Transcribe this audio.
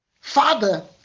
Father